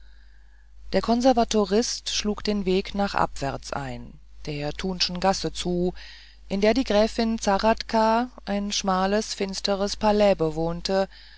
der konservatorist schlug den weg nach abwärts ein der thunschen gasse zu in der die gräfin zahradka ein schmales finsteres palais bewohnte